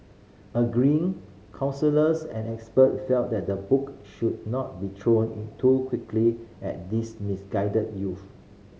agreeing counsellors and expert felt that the book should not be thrown in too quickly at these misguided youth